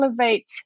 elevate